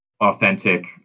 authentic